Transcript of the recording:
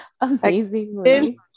amazingly